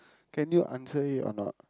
can you answer it or not